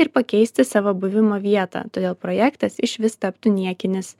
ir pakeisti savo buvimo vietą todėl projektas išvis taptų niekinis